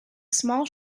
small